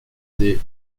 des